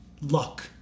Luck